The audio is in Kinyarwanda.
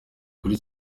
kuri